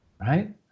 right